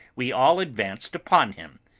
we all advanced upon him.